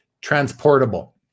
transportable